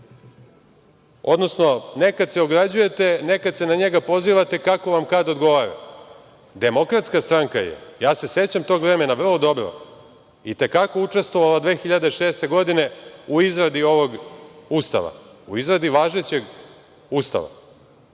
odnosno, nekada se ograđujete, nekada se na njega pozivate, kako vam kad odgovara. Demokratska stranka je, sećam se tog vremena vrlo dobro, i te kako učestvovala 2006. godine u izradi ovog Ustava, u izradi važećeg Ustava.